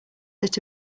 that